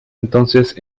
entonces